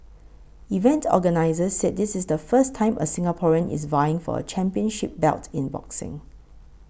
event the organisers said this is the first time a Singaporean is vying for a championship belt in boxing